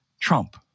Trump